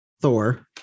thor